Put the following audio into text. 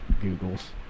Google's